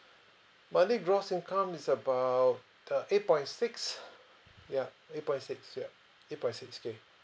monthly gross income is about uh eight point six ya eight point six ya eight point six K